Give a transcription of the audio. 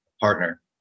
partner